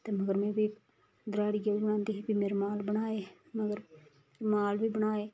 ते मगर में फेर धराडियै बी बनांदी ही फ्ही में रमाल बनाए मगर रमाल बी बनाए